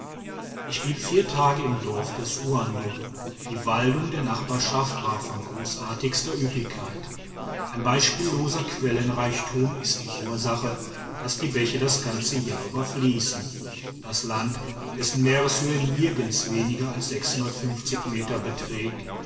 ich blieb vier tage im dorf des uando die waldung der nachbarschaft war von großartigster üppigkeit ein beispielloser quellenreichtum ist die ursache daß die bäche das ganze jahr über fließen das land dessen meereshöhe nirgends weniger als meter beträgt